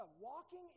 walking